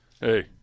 hey